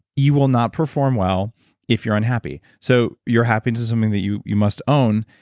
you will not perform well if you're unhappy. so your happiness is something that you you must own.